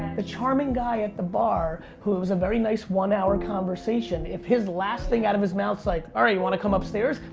the charming guy at the bar, who is a very nice, one-hour conversation, if his last thing out of his mouth's like, alright, you want to come upstairs?